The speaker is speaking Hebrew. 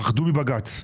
פחדו מבג"ץ.